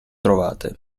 trovate